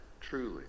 truly